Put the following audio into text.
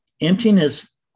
emptiness